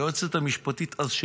היועצת המשפטית אז,